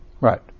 right